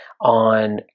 on